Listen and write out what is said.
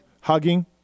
hugging